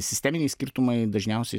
sisteminiai skirtumai dažniausiai